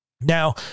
Now